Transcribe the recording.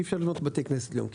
אי אפשר לבנות בתי כנסת ליום כיפור.